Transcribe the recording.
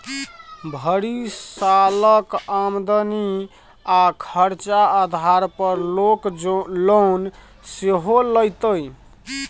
भरि सालक आमदनी आ खरचा आधार पर लोक लोन सेहो लैतै